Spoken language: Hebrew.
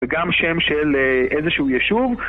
וגם שם של איזשהו ישוב